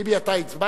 ביבי, אתה הצבעת?